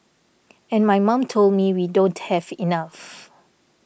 and my mom told me we don't have enough